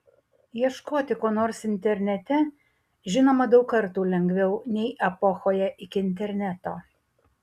ieškoti ko nors internete žinoma daug kartų lengviau nei epochoje iki interneto